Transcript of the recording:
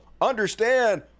understand